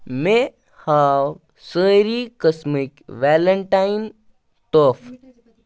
مے ہاو سٲرِی قسمٕکۍ ویلن ٹایِن تحفہٕ